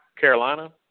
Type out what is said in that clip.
Carolina